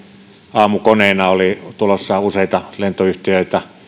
aamukoneina oli tulossa useita lentoyhtiöitä